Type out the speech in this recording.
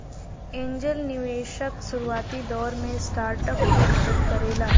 angel निवेशक शुरुआती दौर में स्टार्टअप के मदद करेला